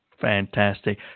Fantastic